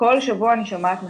כל שבוע אני שומעת מחדש,